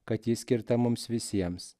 kad ji skirta mums visiems